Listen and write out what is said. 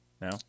now